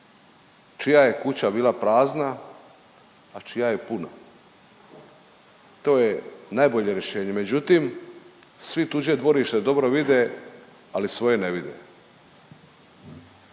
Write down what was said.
čija je kuća bila prazna, a čija je puna. To je najbolje rješenje, međutim svi tuđe dvorište dobro vide, ali svoje ne vide.